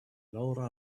laura